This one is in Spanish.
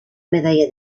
medalla